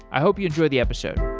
i hope you enjoy the episode.